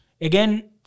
again